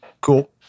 cool